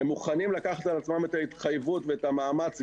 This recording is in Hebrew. הם מוכנים לקחת על עצמם את ההתחייבות ואת המאמץ,